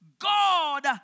God